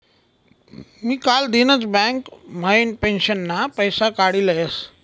मी कालदिनच बँक म्हाइन पेंशनना पैसा काडी लयस